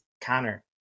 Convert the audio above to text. Connor